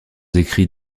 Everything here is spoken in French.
écrits